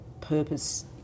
purpose